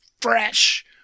fresh